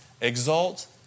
Exalt